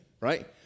right